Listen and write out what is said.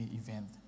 event